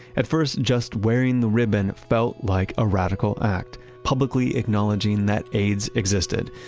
at first, just wearing the ribbon felt like a radical act, publicly acknowledging that aids existed,